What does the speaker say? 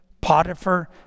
Potiphar